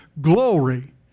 glory